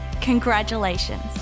congratulations